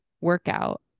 workout